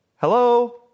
Hello